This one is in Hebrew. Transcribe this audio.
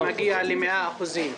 שמגיע למאה אחוזים.